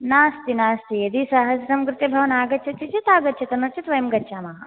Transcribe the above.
नास्ति नास्ति यदि सहस्रं कृते भवान् आगच्छति चेत् आगच्छतु नो चेत् वयं गच्छामः